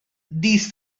these